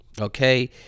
okay